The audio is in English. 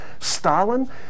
Stalin